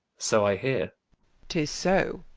so i heare tis so.